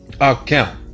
account